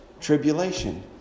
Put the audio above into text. tribulation